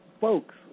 folks